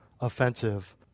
offensive